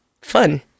Fun